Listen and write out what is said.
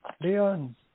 Leon